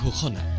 hundred